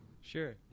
Sure